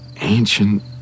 ancient